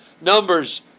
Numbers